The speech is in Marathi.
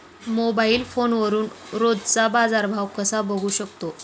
मोबाइल फोनवरून रोजचा बाजारभाव कसा बघू शकतो?